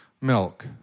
milk